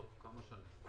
תוך כמה שנים?